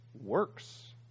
works